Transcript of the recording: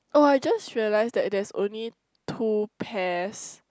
oh I just realised that there is only two pairs